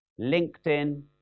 LinkedIn